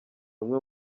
umwe